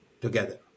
together